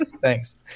Thanks